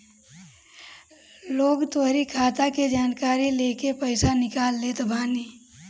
लोग तोहरी खाता के जानकारी लेके पईसा निकाल लेत बाने